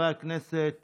דברי הכנסת